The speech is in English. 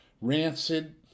Rancid